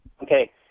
Okay